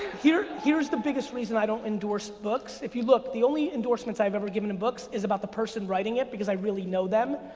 here's the biggest reason i don't endorse books. if you look, the only endorsements i've ever given in books is about the person writing it, because i really know them.